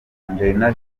angelina